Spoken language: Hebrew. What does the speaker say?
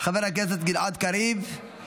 חבר הכנסת גלעד קריב,